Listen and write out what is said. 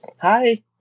Hi